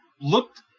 looked